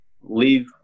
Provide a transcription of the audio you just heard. Leave